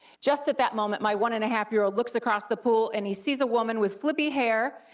just at that moment, my one and a half year old looks across the pool and he sees a woman with flippy hair,